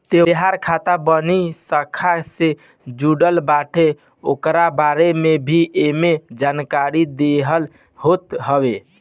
तोहार खाता कवनी शाखा से जुड़ल बाटे उकरे बारे में भी एमे जानकारी देहल होत हवे